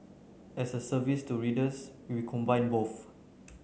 as a service to readers we combine both